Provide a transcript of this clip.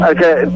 Okay